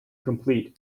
complete